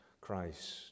Christ